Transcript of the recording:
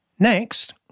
Next